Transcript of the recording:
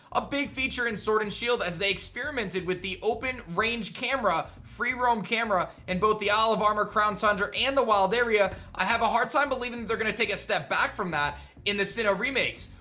a big feature in sword and shield as they experimented with the open range camera, free roam camera in and both the isle of armor, crown tundra, and the wild area. i have a hard time believing that they're going to take a step back from that in the sinnoh remakes.